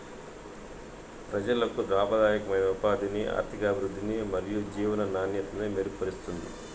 ప్రజలకు లాభదాయకమైన ఉపాధిని, ఆర్థికాభివృద్ధిని మరియు జీవన నాణ్యతను మెరుగుపరుస్తుంది